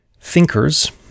thinkers